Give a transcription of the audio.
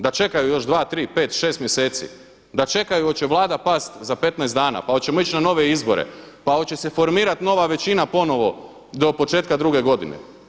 Da čekaju još dva, tri, pet, šest mjeseci, da čekaju hoće Vlada pasti za 15 dana pa hoćemo ići na nove izbore, pa hoće se formirat nova većina ponovo do početka druge godine.